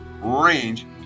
range